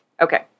Okay